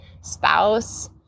spouse